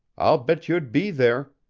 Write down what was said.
i'll bet you'd be there.